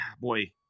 boy